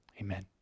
Amen